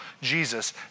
Jesus